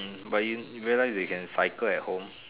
hmm but you realise that you can cycle at home